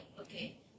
okay